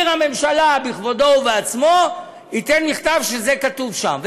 הממשלה בכבודו ובעצמו ייתן מכתב שזה כתוב שם.